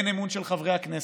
אין אמון של חברי הכנסת.